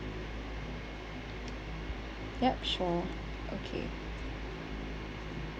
yup sure okay